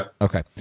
okay